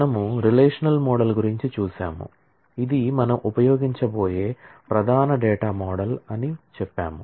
మనము relational model గురించి చూసాం ఇది మనము ఉపయోగించబోయే ప్రధాన డేటా మోడల్ అని చెప్పాము